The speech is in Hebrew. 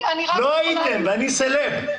ואני סלב.